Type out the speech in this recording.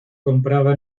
comprada